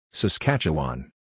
Saskatchewan